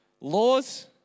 laws